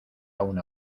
una